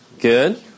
Good